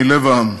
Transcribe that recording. מלב העם,